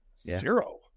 Zero